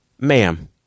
Ma'am